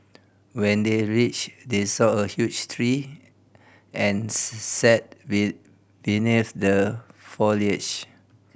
when they reached they saw a huge tree and sat be beneath the foliage